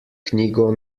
knjigo